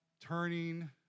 turning